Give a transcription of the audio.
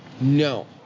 No